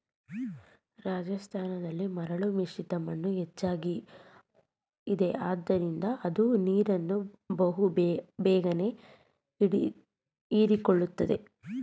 ರಾಜಸ್ಥಾನದಲ್ಲಿ ಮರಳು ಮಿಶ್ರಿತ ಮಣ್ಣು ಹೆಚ್ಚಾಗಿದೆ ಆದ್ದರಿಂದ ಇದು ನೀರನ್ನು ಬಹು ಬೇಗನೆ ಹೀರಿಕೊಳ್ಳುತ್ತದೆ